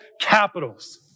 capitals